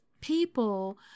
people